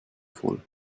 voll